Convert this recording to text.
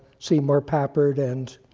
seymour papert, and